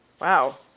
Wow